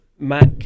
Mac